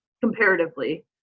comparatively